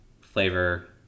flavor